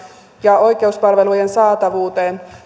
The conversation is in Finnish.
ja oikeuspalvelujen saatavuuteen